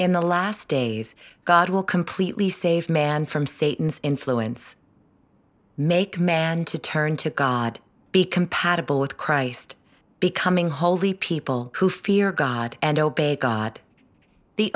in the last days god will completely save man from satan's influence make man to turn to god be compatible with christ becoming holy people who fear god and obey god the